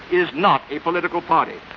is not a political party.